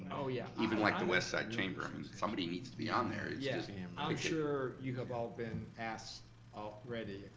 oh yeah. even like the westside chamber, i mean, somebody needs to be on there. yeah. i'm sure you have all been asked already.